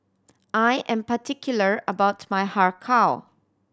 I am particular about my Har Kow